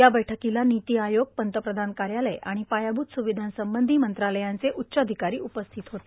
या बैठकीला नीती आयोग पंतप्रधान कार्यालय आणि पायाभूत सुविधांसंबंधी मंत्रालयांचे उच्चाधिकारी उपस्थित होते